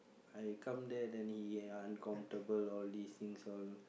I come there then he uncomfortable all these things all